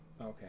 Okay